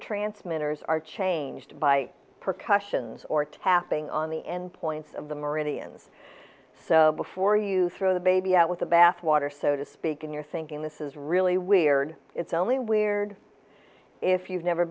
transmitters are changed by percussions or tapping on the endpoints of the meridians so before you throw the baby out with the bathwater so to speak and you're thinking this is really weird it's only weird if you've never